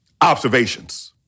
observations